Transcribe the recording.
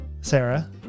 Sarah